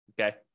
Okay